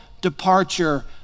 departure